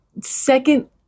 second